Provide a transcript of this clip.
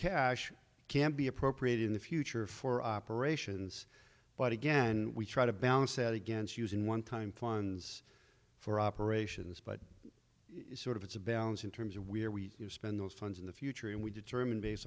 cash can be appropriate in the future for operations but again we try to balance that against using one time funds for operations but sort of it's a balance in terms of where we spend those funds in the future and we determine based